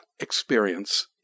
experience